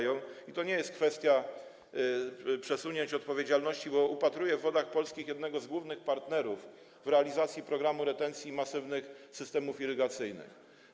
I to nie jest kwestia przesunięć odpowiedzialności, bo upatruję w Wodach Polskich jednego z głównych partnerów w realizacji programu retencji i masywnych systemów irygacyjnych.